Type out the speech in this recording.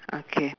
okay